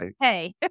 Hey